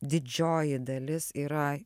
didžioji dalis yra